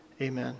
amen